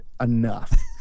enough